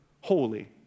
Holy